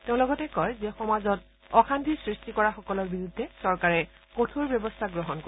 তেওঁ লগতে কয় যে সমাজত অশান্তিৰ সৃষ্টি কৰা সকলৰ বিৰুদ্ধে চৰকাৰে কঠোৰ ব্যৱস্থা গ্ৰহণ কৰিব